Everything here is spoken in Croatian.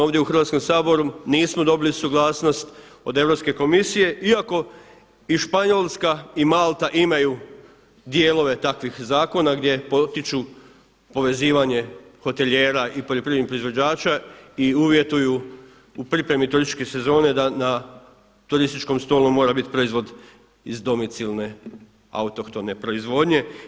Ovdje u Hrvatskom saboru nismo dobili suglasnost od Europske komisije iako i Španjolska i Malta imaju dijelove takvih zakona gdje potiču povezivanje hotelijera i poljoprivrednih proizvođača i uvjetuju u pripremi turističke sezone da na turističkom stolu mora biti proizvod iz domicilne autohtone proizvodnje.